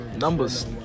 Numbers